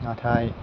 नाथाय